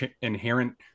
inherent